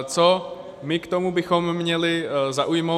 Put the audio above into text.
Co my k tomu bychom měli zaujmout.